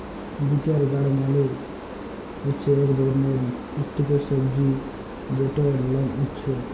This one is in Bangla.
বিটার গাড় মালে হছে ইক ধরলের পুষ্টিকর সবজি যেটর লাম উছ্যা